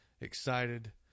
excited